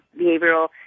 behavioral